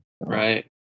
right